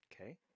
Okay